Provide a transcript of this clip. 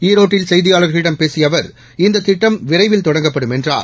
ஈரோட்டில் செய்தியாளர்களிடம் பேசிய அவர் இந்த திட்டம் விரைவில் தொடங்கப்படும் என்றார்